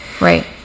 Right